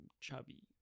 chubby